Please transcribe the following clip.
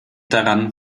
daran